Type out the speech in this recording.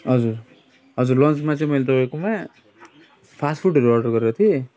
हजुर हजुर लन्चमा चाहिँ मैले तपाईँकोमा फास्ट फुडहरू अडर गरेको थिएँ